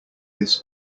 this